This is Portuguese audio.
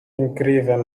incrível